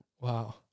Wow